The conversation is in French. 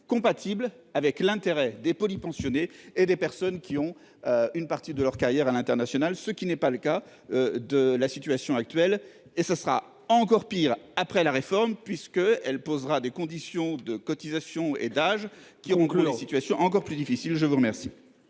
compatibles avec l'intérêt des polypensionnés et des personnes qui ont une partie de leur carrière à l'international, ce qui n'est pas le cas de la situation actuelle et ce sera encore pire, après la réforme puisque elle posera des conditions de cotisations et d'âge qui ont clos la situation encore plus difficile, je vous remercie.